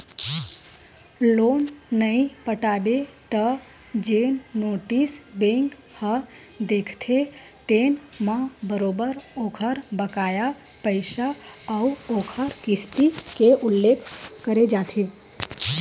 loan नइ पटाबे त जेन नोटिस बेंक ह देथे तेन म बरोबर ओखर बकाया पइसा अउ ओखर किस्ती के उल्लेख करे जाथे